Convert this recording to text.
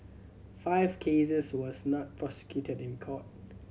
five cases was not prosecuted in court